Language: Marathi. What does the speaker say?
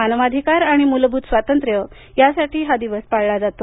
मानवाधिकार आणि मूलभूत स्वातंत्र्य यासाठी हा दिवस पाळला जातो